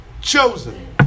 Chosen